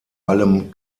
allem